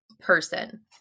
person